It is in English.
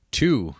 two